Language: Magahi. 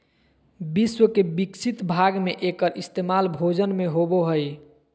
विश्व के विकसित भाग में एकर इस्तेमाल भोजन में होबो हइ